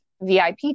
VIP